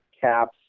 caps